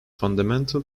fundamental